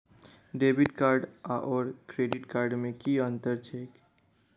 Debit card आओर credit card मे की अन्तर छैक?